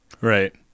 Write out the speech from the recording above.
Right